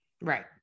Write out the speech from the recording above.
Right